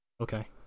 okay